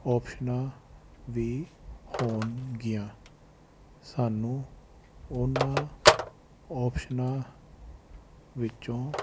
ਆਪਸ਼ਨਾਂ ਵੀ ਹੋਣ ਗਆਂ ਸਾਨੂੰ ਉਹਨਾਂ ਆਪਸ਼ਨਾ ਵਿੱਚੋਂ